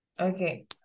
Okay